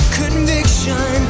conviction